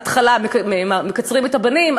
בהתחלה מקצרים לבנים,